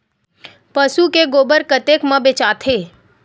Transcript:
पशु के गोबर कतेक म बेचाथे?